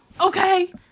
Okay